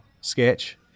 sketch